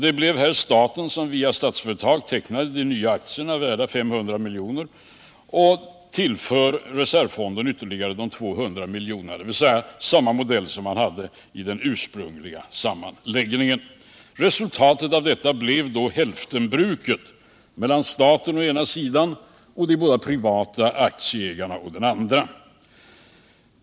Det blir här staten som via Statsföretag tecknar de nya aktierna, värda 500 miljoner, och tillför reservfonden ytterligare 200 miljoner efter samma modell som vid den ursprungliga insatsen. Aktieoch ägarfördelningen skulle då innebära ett hälftenbruk mellan staten å ena sidan och de privata aktieägarna å andra sidan.